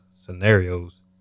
scenarios